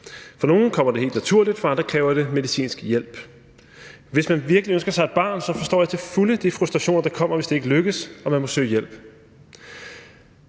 For nogle kommer det helt naturligt, for andre kræver det medicinsk hjælp. Hvis man virkelig ønsker sig et barn, forstår jeg til fulde de frustrationer, der kommer, hvis det ikke lykkes og man må søge hjælp.